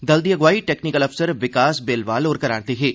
दल दी अगुवाई टेक्नीकल अफसर विकास बेल्वाल होर करै करदे हे